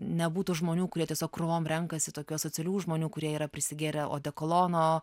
nebūtų žmonių kurie tiesiog krūvom renkasi tokių asocialių žmonių kurie yra prisigėrę odekolono